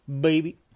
baby